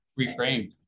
reframed